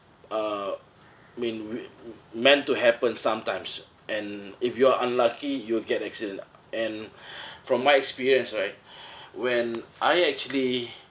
uh mean meant to happen sometimes and if you're unlucky you will get accident and from my experience right when I actually